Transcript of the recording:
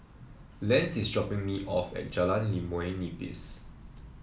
Lance is dropping me off at Jalan Limau Nipis